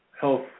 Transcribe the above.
health